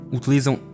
utilizam